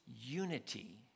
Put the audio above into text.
unity